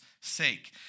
sake